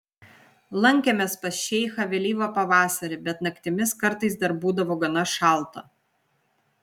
lankėmės pas šeichą vėlyvą pavasarį bet naktimis kartais dar būdavo gana šalta